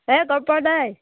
হে গম পোৱা নাই